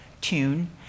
tune